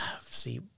see